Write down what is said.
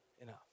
enough